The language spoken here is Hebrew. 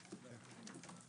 הישיבה ננעלה בשעה 14:57.